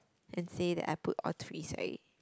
and say that I put all threes right